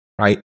Right